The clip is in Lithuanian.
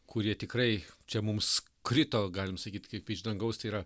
kurie tikrai čia mums krito galim sakyt kaip iš dangaus tai yra